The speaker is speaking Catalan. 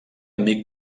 amic